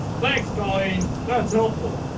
thanks, colleen. that's helpful.